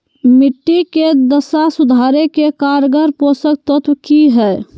मिट्टी के दशा सुधारे के कारगर पोषक तत्व की है?